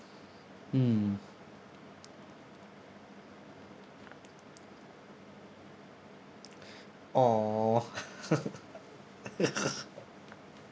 mm !aww!